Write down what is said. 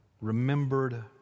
remembered